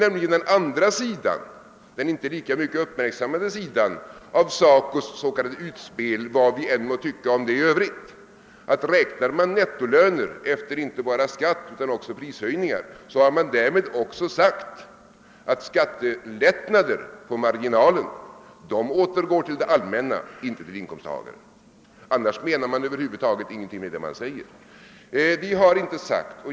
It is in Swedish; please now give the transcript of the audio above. Den andra, inte lika mycket uppmärksammade sidan av SACO:s s.k. utspel — vad vi än må tycka om det i övrigt — är nämligen att om man räknar med nettohöjningen efter skatt och dessutom tar hänsyn till prishöjningar, har man sagt att en skattelättnad på marginalen återgår till. det allmänna och inte till inkomsttagaren. Menar man inte det, menar man ingenting med vad man säger.